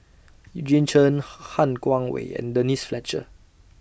Eugene Chen Han Guangwei and Denise Fletcher